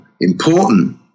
important